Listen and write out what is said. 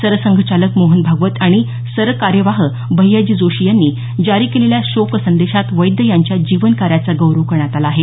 सरसंघचालक मोहन भागवत आणि सरकार्यवाह भय्याजी जोशी यांनी जारी केलेल्या शोकसंदेशात वैद्य यांच्या जीवनकार्यांचा गौरव करण्यात आला आहे